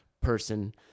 Person